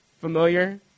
familiar